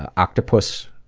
ah octopus